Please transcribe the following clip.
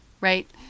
Right